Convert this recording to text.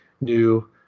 new